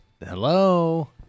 Hello